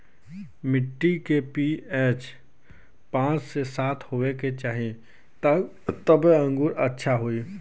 मट्टी के पी.एच पाँच से सात होये के चाही तबे अंगूर अच्छा होई